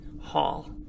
hall